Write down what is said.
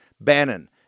Bannon